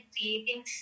creating